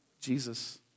Jesus